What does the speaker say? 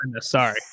Sorry